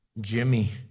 Jimmy